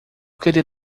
queria